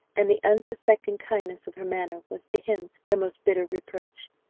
and the unsuspecting kindness of her manner was to him the most bitter reproach.